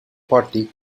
party